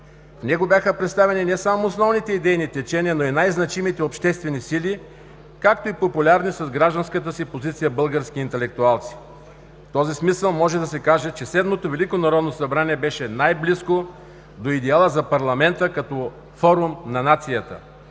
В него бяха представени не само основните идейни течения, но и най-значимите обществени сили, както и популярни с гражданската си позиция български интелектуалци. В този смисъл може да се каже, че Седмото велико народно събрание беше най-близко до идеала за парламента като форум на нацията,